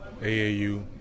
AAU